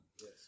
yes